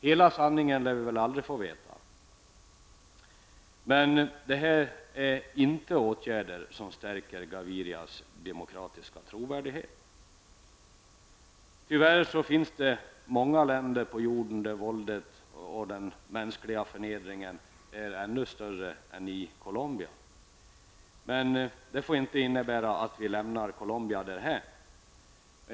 Hela sanningen lär vi väl aldrig få veta, men det här är inte åtgärder som stärker Gavirias demokratiska trovärdighet. Tyvärr finns det många länder på jorden där våldet och den mänskliga förnedringen är ännu större än i Colombia, men det får inte innebära att vi lämnar Colombia därhän.